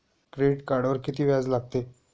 Credit कार्डवर किती व्याज लागते?